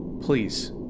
Please